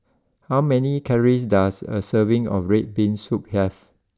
how many calories does a serving of Red Bean Soup have